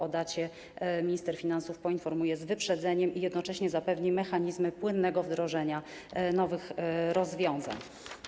O dacie minister finansów poinformuje z wyprzedzeniem i jednocześnie zapewni mechanizmy płynnego wdrożenia nowych rozwiązań.